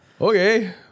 okay